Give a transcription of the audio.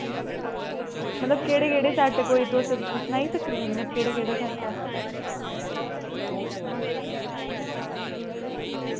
मतलब केह्ड़े केह्ड़े सैट्ट कोई तुस सनाई सकनी आं मतलब केह्ड़े केह्ड़े सैट्ट ऐ